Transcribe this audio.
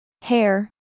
Hair